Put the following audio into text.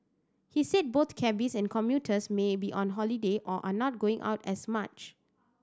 he said both cabbies and commuters may be on holiday or are not going out as much